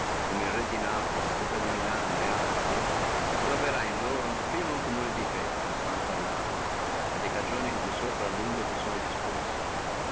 come il re di napoli duca di milano et altri si troverrà in loro prima uno comune defetto quanto alle arme per le cagioni che di sopra si sono discorse